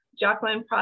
Jocelyn